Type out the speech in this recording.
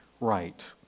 right